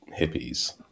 hippies